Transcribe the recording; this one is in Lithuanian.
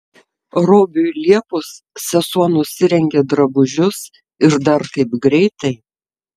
robiui liepus sesuo nusirengė drabužius ir dar kaip greitai